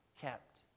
kept